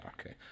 okay